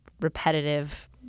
repetitive